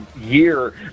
year